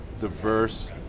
diverse